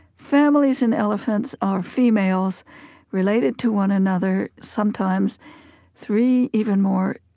families in elephants are females related to one another sometimes three, even more,